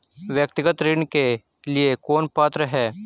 व्यक्तिगत ऋण के लिए कौन पात्र है?